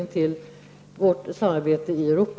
Det gäller ju vårt samarbete med Europa.